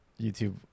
YouTube